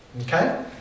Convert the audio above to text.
Okay